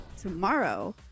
tomorrow